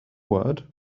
word